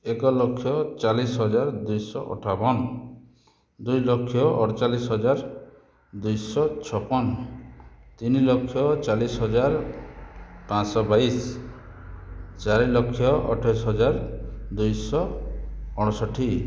ଏକଲକ୍ଷ ଚାଳିଶହଜାର ଦୁଇଶହ ଅଠାବନ ଦୁଇଲକ୍ଷ ଅଠଚାଳିଶହଜାର ଦୁଇଶହ ଛପନ ତିନିଲକ୍ଷ ଚାଳିଶହଜାର ପାଂଶହ ବାଇଶ ଚାରିଲକ୍ଷ ଅଠେଇଶହଜାର ଦୁଇଶହ ଅଣଷଠି